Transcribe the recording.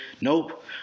nope